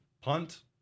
Punt